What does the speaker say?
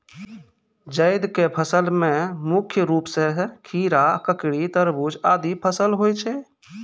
जैद क फसल मे मुख्य रूप सें खीरा, ककड़ी, तरबूज आदि फसल होय छै